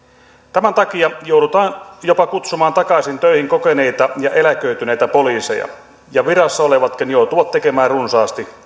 tämän takia joudutaan jopa kutsumaan takaisin töihin kokeneita ja eläköityneitä poliiseja ja virassa olevatkin joutuvat tekemään runsaasti